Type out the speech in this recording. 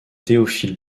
théophile